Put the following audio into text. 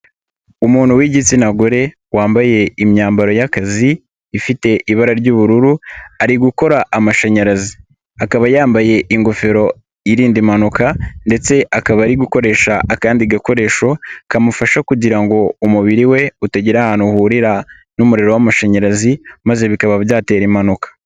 Umuntu w'igitsina gore, wambaye imyambaro y'akazi, ifite ibara ry'ubururu, ari gukora amashanyarazi. Akaba yambaye ingofero irinda impanuka ndetse akaba ari gukoresha akandi gakoresho, kamufasha kugira ngo umubiri we utagira ahantu uhurira n'umuriro w'amashanyarazi maze bikaba byatera impanuka.